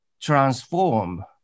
transform